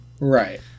Right